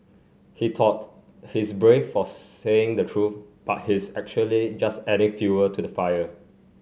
he thought he's brave for saying the truth but he's actually just adding fuel to the fire